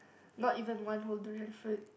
not even one whole durian fruit